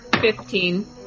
Fifteen